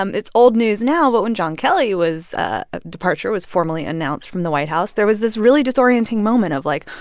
um it's old news now, but when john kelly was ah departure was formally announced from the white house, there was this really disorienting moment of like,